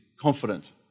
confident